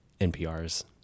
NPR's